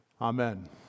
amen